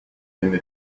venne